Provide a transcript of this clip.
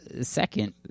second